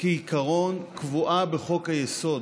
כעיקרון קבועה בחוק-יסוד: